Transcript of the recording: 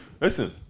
Listen